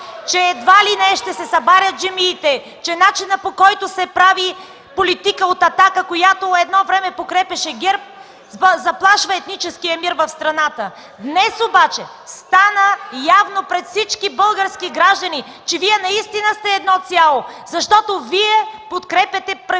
че едва ли не ще се събарят джамиите, че начинът, по който се прави политика от „Атака”, която едно време подкрепяше ГЕРБ, заплашва етническия мир в страната. Днес обаче стана явно пред всички български граждани, че Вие наистина сте едно цяло, защото Вие подкрепяте правителството